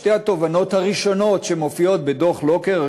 שתי התובנות הראשונות שמופיעות בדוח לוקר: